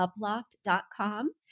uploft.com